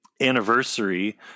anniversary